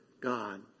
God